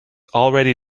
already